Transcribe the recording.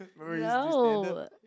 No